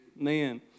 Man